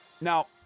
Now